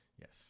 Yes